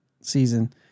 season